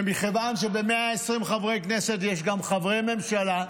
ומכיוון שב-120 חברי כנסת יש גם חברי ממשלה,